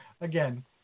again